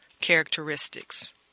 characteristics